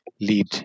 lead